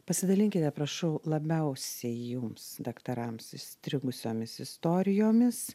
pasidalinkite prašau labiausiai jums daktarams įstrigusiomis istorijomis